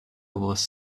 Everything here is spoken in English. was